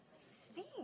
stink